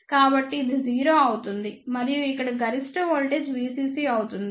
కాబట్టి ఇది 0 అవుతుంది మరియు ఇక్కడ గరిష్ట వోల్టేజ్ VCC అవుతుంది